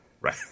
Right